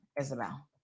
Isabel